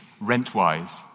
rent-wise